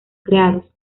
creados